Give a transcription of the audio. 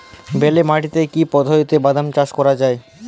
বেলে মাটিতে কি পদ্ধতিতে বাদাম চাষ করা যায়?